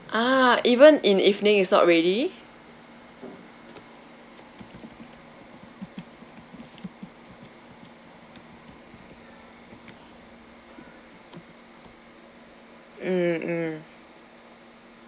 ah even in evening is not ready mm mm